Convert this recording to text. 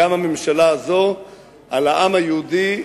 גם הממשלה הזאת על העם היהודי,